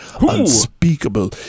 unspeakable